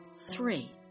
three